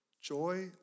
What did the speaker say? joy